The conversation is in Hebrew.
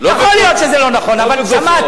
יכול להיות שזה לא נכון, אבל שמעתי.